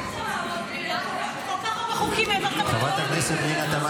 כל כך הרבה חוקים העברת בטרומית --- חברת הכנסת פנינה תמנו